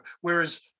whereas